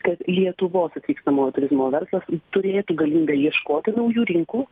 kad lietuvos atvykstamojo turizmo verslas turėtų galimybę ieškoti naujų rinkų